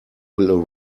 will